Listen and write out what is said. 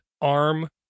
ARM